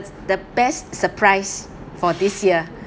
the best surprise for this year